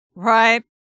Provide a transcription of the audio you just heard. Right